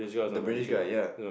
the British guy ya